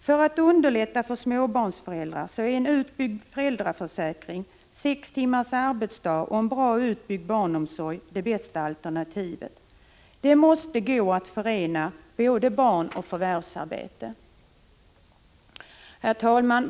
För att underlätta för småbarnsföräldrar är en utbyggd föräldraförsäkring, sex timmars arbetsdag och en bra utbyggd barnomsorg det bästa alternativet. Det måste gå att förena både barn och förvärvsarbete. Herr talman!